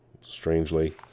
strangely